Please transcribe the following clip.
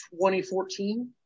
2014